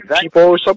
people